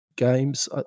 Games